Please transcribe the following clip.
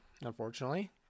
unfortunately